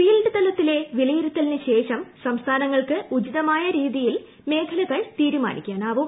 field തലത്തിലെ വിലയിരുത്തലിനു ശേഷം സംസ്ഥാനങ്ങൾക്ക് ഉചിതമായ രീതിയിൽ മേഖലകൾ തീരുമാനിക്കാനാവും